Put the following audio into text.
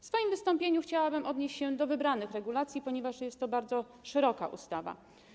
W swoim wystąpieniu chciałabym odnieść się do wybranych regulacji, ponieważ jest to bardzo szeroka ustawa.